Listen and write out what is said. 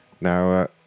now